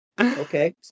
Okay